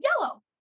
yellow